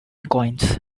coins